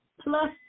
plus